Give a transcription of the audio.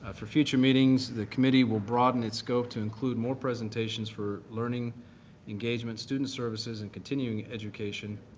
ah for future meetings, the committee will broaden its scope to include more presentations for learning engagement, student services, and continuing education.